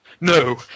No